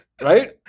Right